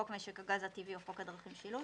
חוק משק הגז הטבעי או חוק הדרכים (שילוט),